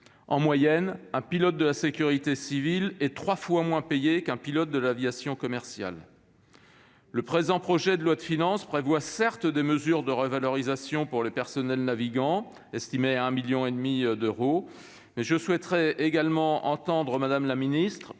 en moyenne, un pilote de la sécurité civile est trois fois moins payé qu'un pilote de l'aviation commerciale. Le présent PLF prévoit certes des mesures de revalorisation pour les personnels navigants, estimées à 1,5 million d'euros, mais je souhaiterais vous entendre, madame la ministre,